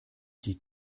die